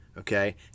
Okay